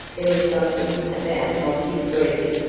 there was something about monty's greeting,